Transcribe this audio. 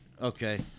Okay